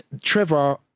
Trevor